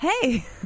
hey